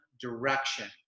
direction